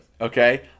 Okay